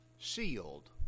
sealed